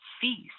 feast